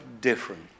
different